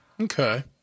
Okay